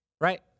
Right